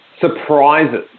surprises